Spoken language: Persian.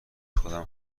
خودم